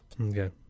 Okay